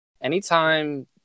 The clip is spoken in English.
Anytime